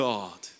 God